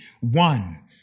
one